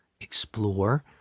explore